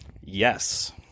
yes